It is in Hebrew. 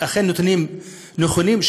נתונים נכונים,